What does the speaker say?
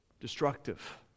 destructive